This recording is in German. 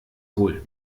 hohl